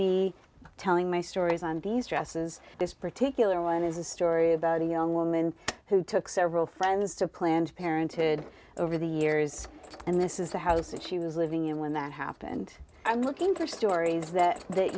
be telling my stories on these dresses this particular one is a story about a young woman who took several friends to planned parenthood over the years and this is the house that she was living in when that happened and looking for stories that that